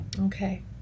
Okay